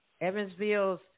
Evansville's